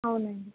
అవునండి